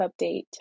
update